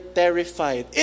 terrified